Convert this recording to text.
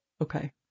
Okay